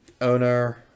owner